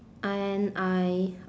and I